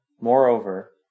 Moreover